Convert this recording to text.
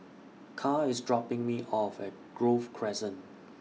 Karl IS dropping Me off At Grove Crescent